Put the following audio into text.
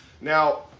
Now